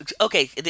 okay